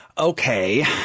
Okay